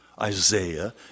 Isaiah